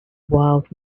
wild